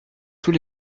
tous